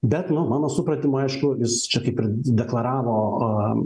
bet nu mano supratimu aišku jis čia kaip ir deklaravo